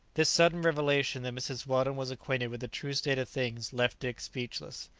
this sudden revelation that mrs. weldon was acquainted with the true state of things left dick speechless.